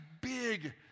big